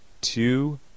two